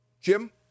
Jim